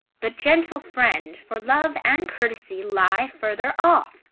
but, gentle friend, for love and courtesy lie further off,